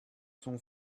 son